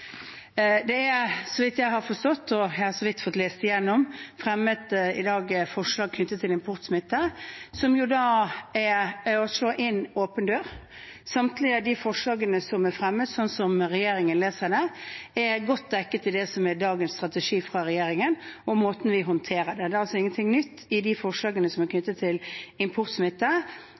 Det er, så vidt jeg har forstått – jeg har så vidt fått lest igjennom det – i dag blitt fremmet forslag om importsmitte, som er å slå inn en åpen dør. Samtlige av de forslagene som er fremmet, er – slik regjeringen leser det – godt dekket i det som er dagens strategi fra regjeringen, og måten vi håndterer det på. Det er altså ingenting nytt i de forslagene